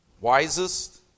wisest